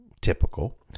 typical